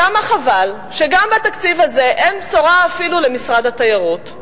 כמה חבל שגם בתקציב הזה אין בשורה אפילו למשרד התיירות.